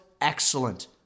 excellent